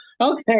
okay